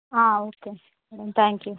ఆ okay thank you